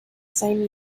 same